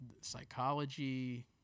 psychology